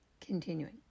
Continuing